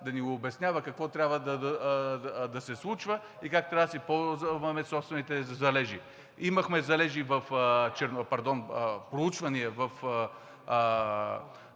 да ни обяснява какво трябва да се случва и как трябва да си ползваме собствените залежи. Имахме проучвания в